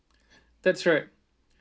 that's right